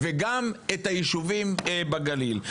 וגם את היישובים בגליל.